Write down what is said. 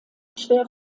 schwer